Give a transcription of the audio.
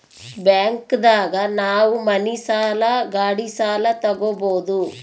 bank ದಾಗ ನಾವ್ ಮನಿ ಸಾಲ ಗಾಡಿ ಸಾಲ ತಗೊಬೋದು